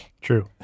True